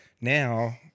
Now